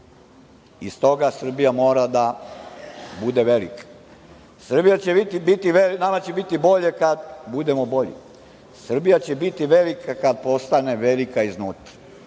iz toga Srbija mora da bude velika. Nama će biti bolje, kada budemo bolji. Srbija će biti velika, kada postane velika iznutra.